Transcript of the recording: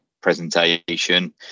presentation